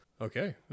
Okay